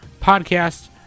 podcast